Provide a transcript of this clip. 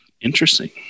Interesting